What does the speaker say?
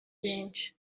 benshi